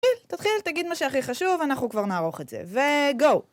כן, תתחיל, תגיד מה שהכי חשוב, ואנחנו כבר נערוך את זה. ו... גו!